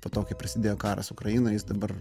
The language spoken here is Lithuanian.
po to kai prasidėjo karas ukrainoj jis dabar